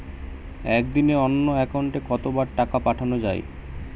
একদিনে অন্য একাউন্টে কত বার টাকা পাঠানো য়ায়?